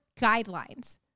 guidelines